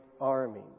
army